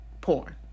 porn